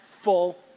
full